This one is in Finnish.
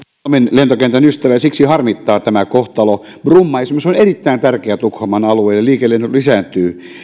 lentokentän ystävä ja siksi harmittaa tämä kohtalo bromma esimerkiksi on erittäin tärkeä tukholman alueelle ja liikelennot lisääntyvät